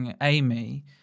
Amy